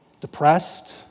depressed